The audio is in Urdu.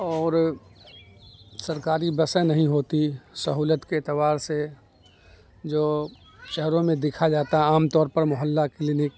اور سرکاری بسیں نہیں ہوتی سہولت کے اعتبار سے جو شہروں میں دیکھا جاتا عام طور پر محلہ کلینک